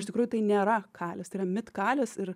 iš tikrųjų tai nėra kalis tai yra mitkalis ir